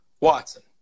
Watson